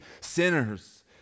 sinners